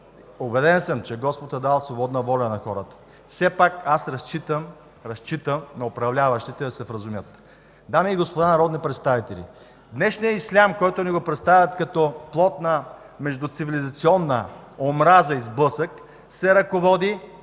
убеден съм, че Господ е дал свободна воля на хората, все пак аз разчитам на управляващите да се вразумят. Дами и господа народни представители! Днешният ислям, който ни го представят като плод на междуцивилизационна омраза и сблъсък, се ръководи,